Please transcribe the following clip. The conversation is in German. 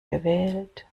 gewählt